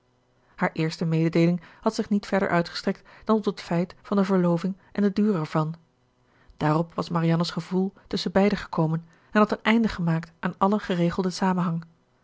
haar eerste mededeeling had zich niet verder uitgestrekt dan tot het feit van de verloving en den duur ervan daarop was marianne's gevoel tusschenbeide gekomen en had een einde gemaakt aan allen geregelden samenhang